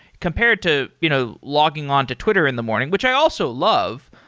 compared to you know logging on to twitter in the morning, which i also love.